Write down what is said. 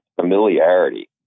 familiarity